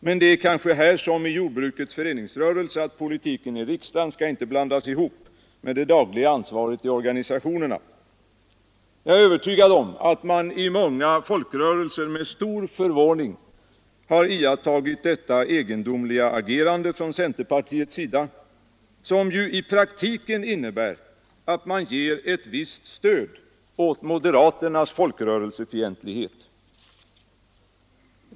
Men det är kanske här som med jordbrukets föreningsrörelse: politiken i riksdagen skall inte blandas ihop med det dagliga ansvaret i organisationerna. Jag är övertygad om att man i många folkrörelser med stor förvåning har iakttagit detta egendomliga agerande från centerpartiets sida, som ju i praktiken innebär att centern ger ett visst stöd åt moderaternas folkrörelsefientlighet.